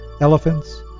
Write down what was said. elephants